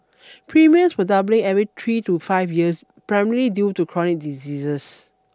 premiums were doubling every three to five years primarily due to chronic diseases